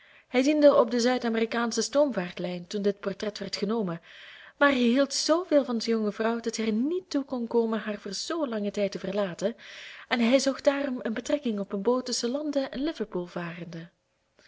hij diende op de zuid amerikaansche stoomvaartlijn toen dit portret werd genomen maar hij hield zooveel van zijn jonge vrouw dat hij er niet toe kon komen haar voor zoo langen tijd te verlaten en hij zocht daarom een betrekking op een boot tusschen londen en liverpool varende